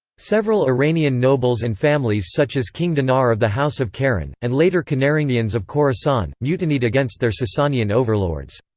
several iranian nobles and families such as king dinar of the house of karen, and later kanarangiyans of khorasan, mutinied against their sasanian overlords.